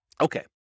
Okay